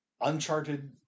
Uncharted